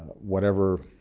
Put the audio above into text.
whatever